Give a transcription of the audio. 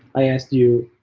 i asked you,